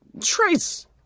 Trace